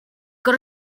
got